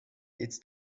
its